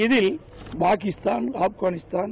இதில் பாகிஸ்தாள ஆப்காளிஸ்தான்